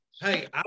hey